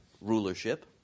rulership